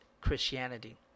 Christianity